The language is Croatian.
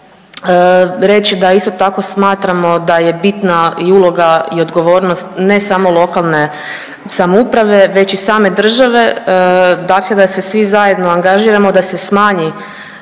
reći da isto tako smatramo da je bitna i uloga i odgovornost ne samo lokalne samouprave već i same države, dakle da se svi zajedno angažiramo da se smanji